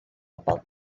bobl